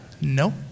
No